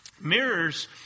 Mirrors